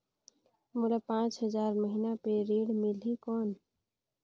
मोला पांच हजार महीना पे ऋण मिलही कौन?